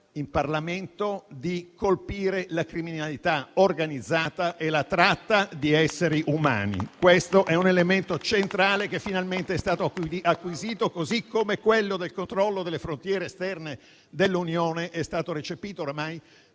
in Parlamento di colpire la criminalità organizzata e la tratta di esseri umani. Questo è un elemento centrale che finalmente è stato acquisito, così come quello del controllo delle frontiere esterne dell'Unione è stato recepito ormai